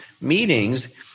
meetings